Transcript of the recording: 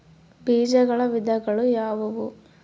ಬೇಜಗಳ ವಿಧಗಳು ಯಾವುವು?